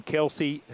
Kelsey